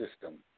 system